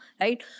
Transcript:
right